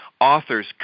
authors